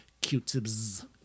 Q-tips